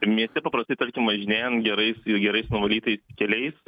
mieste paprastai tarkim važinėjant gerais ir gerais nuvalytais keliais